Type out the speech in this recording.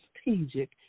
strategic